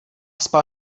spal